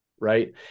right